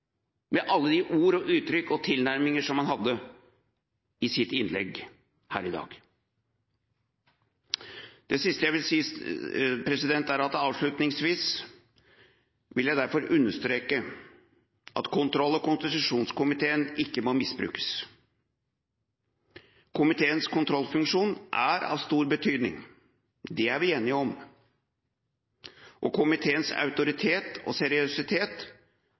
med alle de ord, uttrykk og tilnærminger som han hadde i sitt innlegg her i dag. Det siste jeg vil si – avslutningsvis – er at jeg vil understreke at kontroll- og konstitusjonskomiteen ikke må misbrukes. Komiteens kontrollfunksjon er av stor betydning. Det er vi enige om, og komiteens autoritet og seriøsitet